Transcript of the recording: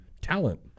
talent